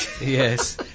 Yes